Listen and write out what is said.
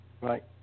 right